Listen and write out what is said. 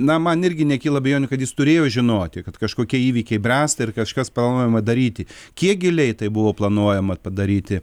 na man irgi nekyla abejonių kad jis turėjo žinoti kad kažkokie įvykiai bręsta ir kažkas planuojama daryti kiek giliai tai buvo planuojama padaryti